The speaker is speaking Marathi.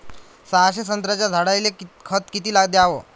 सहाशे संत्र्याच्या झाडायले खत किती घ्याव?